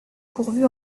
pourvu